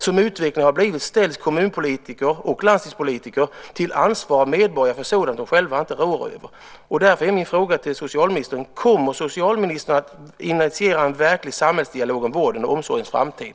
Som utvecklingen har blivit ställs kommunpolitiker och landstingspolitiker av medborgare till ansvar för sådant som de själva inte råder över. Min fråga till socialministern är därför: Kommer socialministern att initiera en verklig samhällsdialog om vårdens och omsorgens framtid?